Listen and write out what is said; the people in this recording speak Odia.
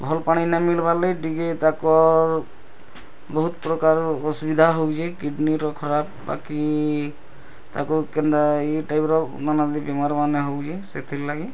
ଭଲ୍ ପାଣି ନା ମିଲିବାର୍ ଲାଗି ଟିକେ ତାଙ୍କର୍ ବହୁତ୍ ପ୍ରକାରର ଅସୁବିଧା ହେଉଛି ବାକି କିଡ଼୍ନିର ଖରାପ୍ ବାକି ତାଙ୍କ କେନ୍ତା ଇଏ ଟାଇପ୍ ନାନାଦି ବିମାର୍ ମାନେ ହେଉଛି ସେଥିର୍ ଲାଗି